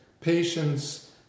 patience